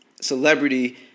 celebrity